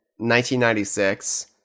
1996